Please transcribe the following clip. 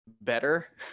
better